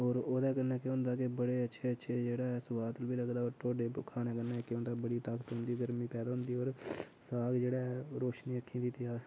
होर ओह्दे कन्नै केह् होंदा की बड़े अच्छे अच्छे जेह्ड़ा ऐ सोआद बी लगदा होर ढोड्डे खाने कन्नै केह् होंदा बड़ी ताकत औंदी गरमी पैदा होंदी होर साग जेह्ड़ा ऐ रोशनी अक्खीं दी